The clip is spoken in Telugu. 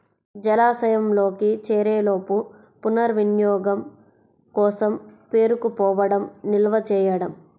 జలాశయంలోకి చేరేలోపు పునర్వినియోగం కోసం పేరుకుపోవడం నిల్వ చేయడం